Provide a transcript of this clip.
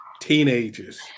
Teenagers